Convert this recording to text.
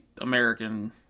American